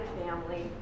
family